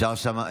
אפשר שם?